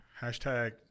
Hashtag